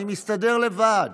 אני מסתדר לבד,